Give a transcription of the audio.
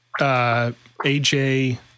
AJ